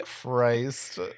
Christ